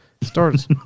starts